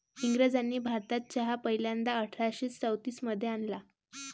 इंग्रजांनी भारतात चहा पहिल्यांदा अठरा शे चौतीस मध्ये आणला